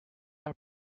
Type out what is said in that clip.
are